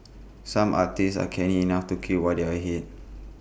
some artists are canny enough to queue while they are ahead